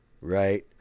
right